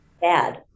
bad